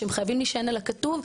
הם חייבים להישען על הכתוב,